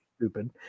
stupid